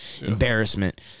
embarrassment